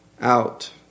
out